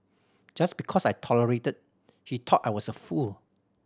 just because I tolerated he thought I was a fool